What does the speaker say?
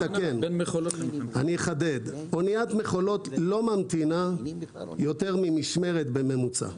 אניית מכולות לא ממתינה יותר ממשמרת בממוצע.